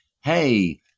hey